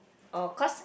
oh cause